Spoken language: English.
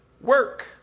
work